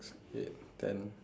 eight ten